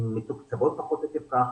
הן מתוקצבות פחות עקב כך,